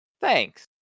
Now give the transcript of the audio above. Thanks